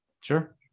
Sure